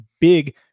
big